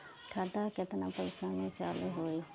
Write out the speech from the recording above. खाता केतना पैसा से चालु होई?